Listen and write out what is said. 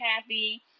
happy